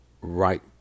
Right